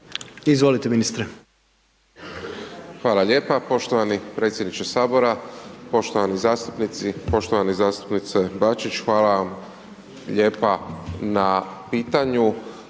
Marko (HDZ)** Hvala lijepa, poštovani predsjedniče sabora, poštovani zastupnici, poštovani zastupniče Bačić hvala vam lijepa na pitanju.